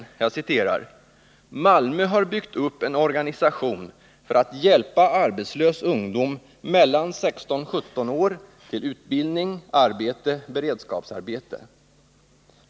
Det står bl.a. följande: ”Malmö har byggt upp en organisation för att hjälpa arbetslös ungdom mellan 16—17 år till utbildning, arbete/beredskapsarbete.